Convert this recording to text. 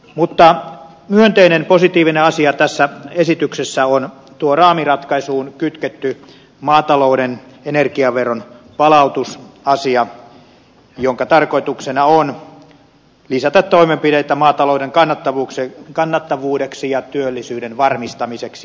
mutta myönteinen positiivinen asia tässä esityksessä on tuo raamiratkaisuun kytketty maatalouden energiaveron palautusasia jonka tarkoituksena on lisätä toimenpiteitä maatalouden kannattavuuden ja työllisyyden varmistamiseksi